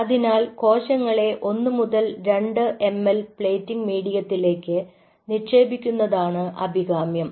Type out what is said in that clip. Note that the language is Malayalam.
അതിനാൽ കോശങ്ങളെ 1 മുതൽ 2 ml പ്ലേറ്റിംഗ് മീഡിയത്തിലേക്ക് നിക്ഷേപിക്കുന്നതാണ് അഭികാമ്യം